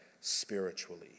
spiritually